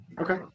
Okay